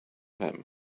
him